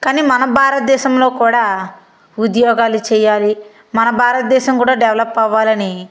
కానీ మన భారత దేశంలో కూడా ఉద్యోగాలు చేయాలి మన భారత దేశం కూడా డెవలప్ అవ్వాలని